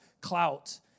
clout